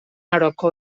aroko